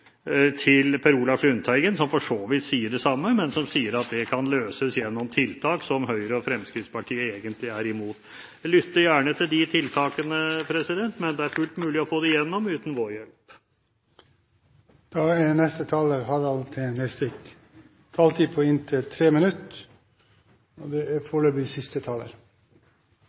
og Per Olaf Lundteigen som for så vidt sier det samme, men som sier at det kan løses gjennom tiltak som Høyre og Fremskrittspartiet egentlig er imot. Jeg lytter gjerne til disse tiltakene, men det er fullt mulig å få dem gjennom uten vår hjelp. I utgangspunktet hadde jeg ikke tenkt å ta ordet i denne saken, men det er